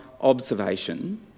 observation